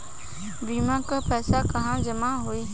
बीमा क पैसा कहाँ जमा होई?